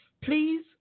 please